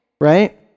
right